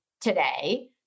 today